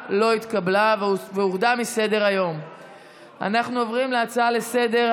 אנחנו עוברים להצבעה.